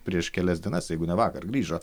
prieš kelias dienas jeigu ne vakar grįžo